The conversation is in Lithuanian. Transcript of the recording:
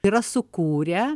yra sukūrę